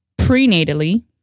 prenatally